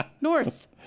North